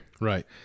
Right